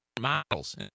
models